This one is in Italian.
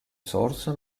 source